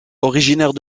originaire